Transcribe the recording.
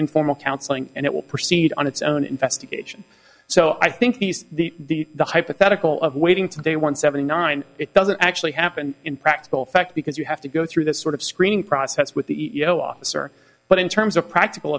informal counseling and it will proceed on its own investigation so i think he's the hypothetical of waiting to day one seventy nine it doesn't actually happen in practical effect because you have to go through this sort of screening process with the e o officer but in terms of practical